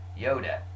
Yoda